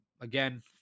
again